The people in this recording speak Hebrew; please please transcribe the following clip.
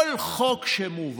כל חוק שמובא,